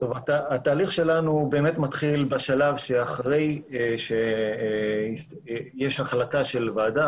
התהליך שלנו באמת מתחיל בשלב שאחרי שיש החלטה של ועדה,